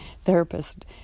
therapist